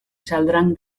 saldrán